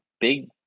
big